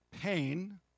pain